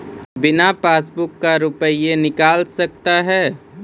बिना पासबुक का रुपये निकल सकता हैं?